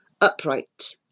upright